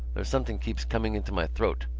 there's something keeps coming into my throat,